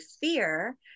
fear